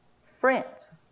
Friends